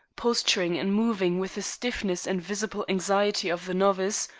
posturing and moving with the stiffness and visible anxiety of the novice,